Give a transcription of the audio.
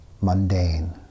mundane